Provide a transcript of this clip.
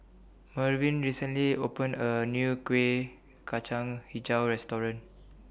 Mervyn recently opened A New Kueh Kacang Hijau Restaurant